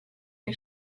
che